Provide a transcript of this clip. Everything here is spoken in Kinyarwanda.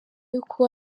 y’uko